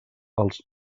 els